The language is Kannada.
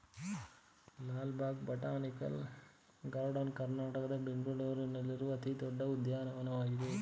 ಲಾಲ್ ಬಾಗ್ ಬಟಾನಿಕಲ್ ಗಾರ್ಡನ್ ಕರ್ನಾಟಕದ ಬೆಂಗಳೂರಿನಲ್ಲಿರುವ ಅತಿ ದೊಡ್ಡ ಉದ್ಯಾನವನವಾಗಿದೆ